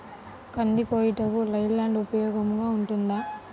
కంది కోయుటకు లై ల్యాండ్ ఉపయోగముగా ఉంటుందా?